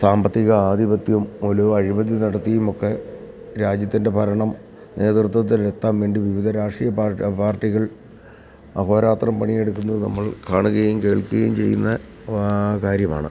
സാമ്പത്തിക ആധിപത്യം മൂലവും അഴിമതി നടത്തിയും ഒക്കെ രാജ്യത്തിൻ്റെ ഭരണം നേതൃത്വത്തിലെത്താന് വേണ്ടി വിവിധ രാഷ്ട്രീയ പാർട്ടികൾ അഹോരാത്രം പണിയെടുക്കുന്നത് നമ്മൾ കാണുകയും കേൾക്കുകയും ചെയ്യുന്ന കാര്യമാണ്